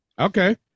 Okay